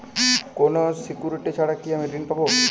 কোনো সিকুরিটি ছাড়া কি আমি ঋণ পাবো?